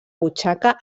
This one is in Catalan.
butxaca